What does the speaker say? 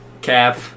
cap